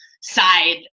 side